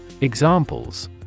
Examples